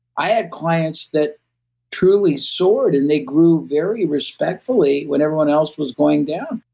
i had clients that truly soared and they grew very respectfully when everyone else was going down.